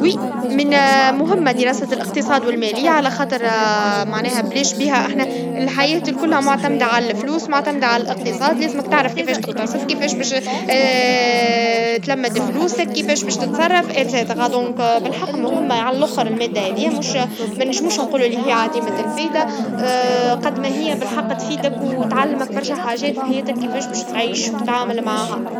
دراسة الاقتصاد والمالية ضرورية لأنهم يعطونا الأدوات اللازمة لفهم كيف يعمل العالم من حولنا. نعرفوا كيف نديروا فلوسنا، كيف نتخذوا قرارات اقتصادية هامة، وكيف نواكبوا التحولات في السوق. اليوم، مع تزايد المصاعب الاقتصادية، من المهم أن نفهم كيف نتصرفوا مالياً عشان نحسنوا وضعنا الشخصي.